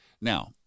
Now